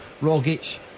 Rogic